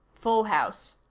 full house.